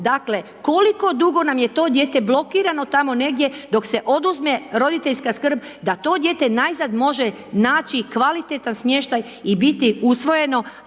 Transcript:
Dakle, koliko dugo nam je to dijete blokirano tamo negdje, dok se oduzme roditeljska skrb, da to dijete najzad može naći kvalitetan smještaj i biti usvojeno,